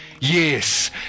Yes